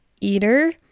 eater